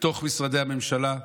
בתוך משרדי הממשלה.